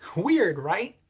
weird, right?